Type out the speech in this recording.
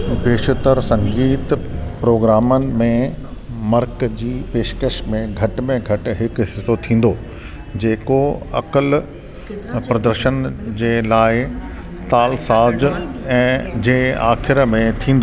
बेशितर संगीत प्रिरोग्रामनि में मरकज़ी पेशिकशि में घटि में घटि हिकु हिसो थींदो जेको एकल प्रदर्शन जे लाइ तालसाज ऐं जे आख़िरि में थींदो